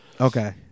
okay